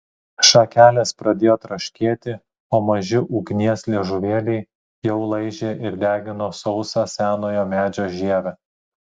šakelės pradėjo traškėti o maži ugnies liežuvėliai jau laižė ir degino sausą senojo medžio žievę